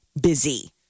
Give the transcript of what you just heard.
busy